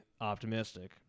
optimistic